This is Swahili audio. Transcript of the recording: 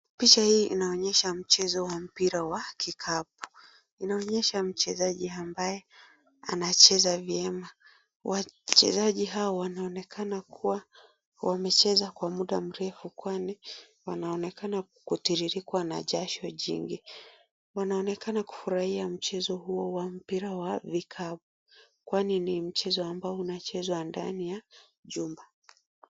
Picha hii inaonyesha mchezo wa mpira wa kikapu. Inaonyesha mchezaji ambaye anacheza vyema. Wachezaji hawa wanaonekana kuwa wamecheza kwa muda mrefu kwani wanaonekana kutiririkwa na jasho jingi. Wanaonekana kufurahia mchezo huo wa mpira wa vikapu. Kwani ni mchezo ambao unachezwa ndani ya jumba.